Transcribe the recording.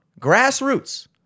grassroots